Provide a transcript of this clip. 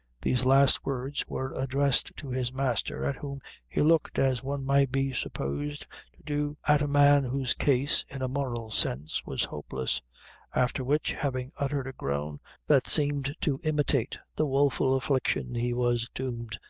these last words were addressed to his master, at whom he looked as one might be supposed to do at a man whose case, in a moral sense, was hopeless after which, having uttered a groan that seemed to imitate the woeful affliction he was doomed,